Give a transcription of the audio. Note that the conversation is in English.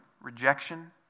rejection